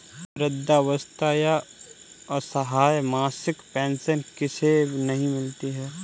वृद्धावस्था या असहाय मासिक पेंशन किसे नहीं मिलती है?